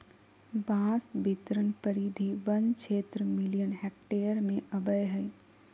बांस बितरण परिधि वन क्षेत्र मिलियन हेक्टेयर में अबैय हइ